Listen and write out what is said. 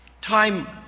time